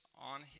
on